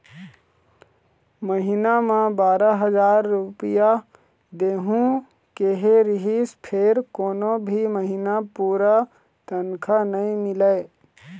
महिना म बारा हजार रूपिया देहूं केहे रिहिस फेर कोनो भी महिना पूरा तनखा नइ मिलय